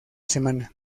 semana